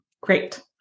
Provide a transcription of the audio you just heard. Great